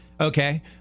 Okay